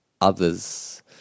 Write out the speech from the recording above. others